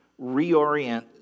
reorient